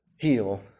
Heal